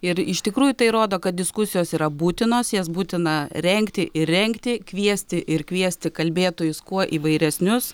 ir iš tikrųjų tai rodo kad diskusijos yra būtinos jas būtina rengti ir rengti kviesti ir kviesti kalbėtojus kuo įvairesnius